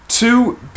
two